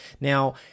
Now